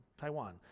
Taiwan